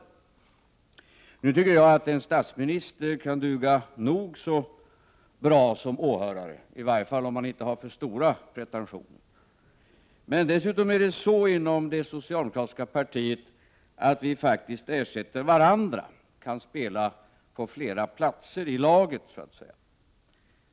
Jag tycker att en statsminister kunde duga nog så bra som åhörare, i varje fall om man inte har för stora pretentioner. Dessutom är det faktiskt så inom det socialdemokratiska partiet att vi ersätter varandra — kan spela på flera platser i laget, så att säga.